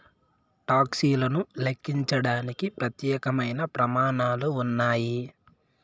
talks లను లెక్కించడానికి ప్రత్యేకమైన ప్రమాణాలు ఉన్నాయి